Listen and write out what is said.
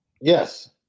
Yes